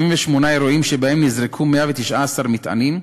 78 אירועים שבהם נזרקו 119 מטענים,